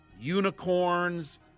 unicorns